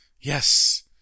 yes